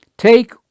Take